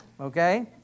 okay